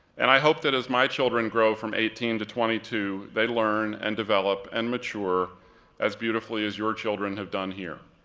and i hope that as my children grow from eighteen to twenty two, they learn and develop and mature as beautifully as your children have done here.